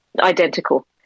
identical